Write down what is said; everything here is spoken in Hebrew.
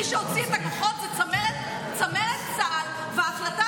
מי שהוציא את הכוחות זו צמרת צה"ל וההחלטה